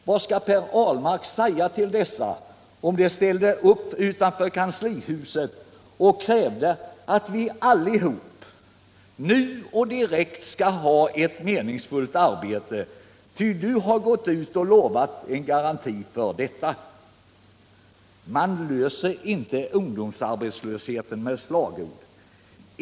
Vad skulle Per Ahlmark säga till dessa ungdomar om de ställde upp utanför kanslihuset och förklarade: ”Vi skall allihopa nu och direkt ha ett meningsfullt arbete, ty du har gått ut och gett en garanti för detta.”? Man löser inte frågan om ungdomsarbetslösheten med slagord.